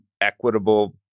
equitable